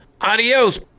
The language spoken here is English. Adios